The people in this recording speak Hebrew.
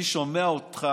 אני שומע אותך,